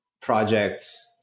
projects